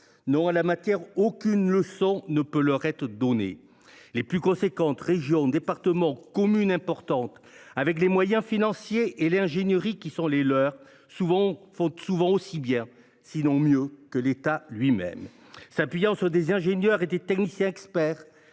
Non, en la matière, aucune leçon ne peut leur être donnée ! Les collectivités les plus solides – régions, départements, communes importantes –, avec les moyens financiers et l’ingénierie qui sont les leurs, font souvent aussi bien, si ce n’est mieux, que l’État lui même. S’appuyant sur des ingénieurs et des techniciens experts,